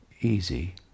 easy